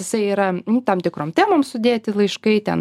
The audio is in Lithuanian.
jisai yra tam tikrom temom sudėti laiškai ten